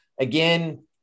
Again